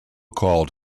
called